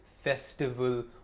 festival